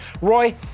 Roy